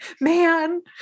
man